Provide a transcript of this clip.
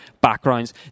backgrounds